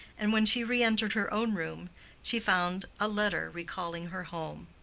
and when she re-entered her own room she found a letter recalling her home.